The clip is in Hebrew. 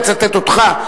אני אצטט אותך,